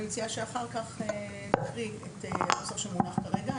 אני מציעה שאחר כך נקריא את הנוסח שמונח כרגע,